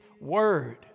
Word